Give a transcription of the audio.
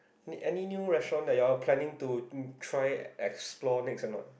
any any new restaurant that you all planning to try explore next or not